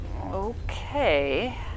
Okay